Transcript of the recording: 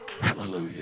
hallelujah